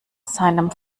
seinem